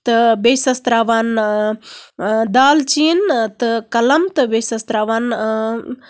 تہٕ بیٚیہِ چھسس تراوان دالچیٖن تہٕ کَلَم تہٕ بیٚیہِ چھسس تراوان